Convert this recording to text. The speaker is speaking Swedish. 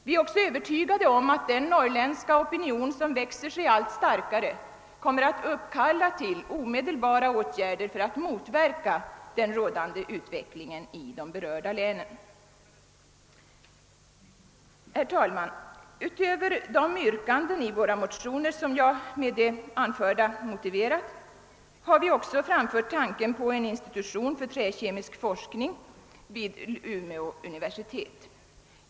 Vi är också övertygade om att den norrländska opinion, som växer sig allt starkare, kommer att uppkalla till omedelbara åtgärder för att motverka den rådande utvecklingen i de berörda länen. Herr talman! Utöver de yrkanden i våra motioner som jag med det anförda motiverat har vi också framfört tanken på att en institution för träkemisk forskning skall inrättas vid Umeåuniversitetet.